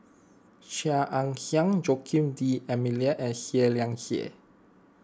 Chia Ann Siang Joaquim D'Almeida and Seah Liang Seah